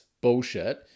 bullshit